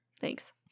Thanks